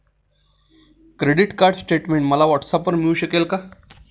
Credit card statement मला व्हॉट्सऍपवर मिळू शकेल का?